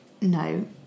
No